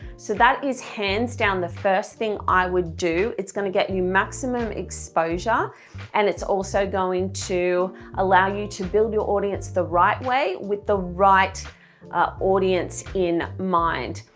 so that is hands down the first thing i would do it's going to get you maximum exposure and it's also going to allow you to build your audience the right way with the right ah audience in mind,